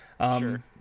Sure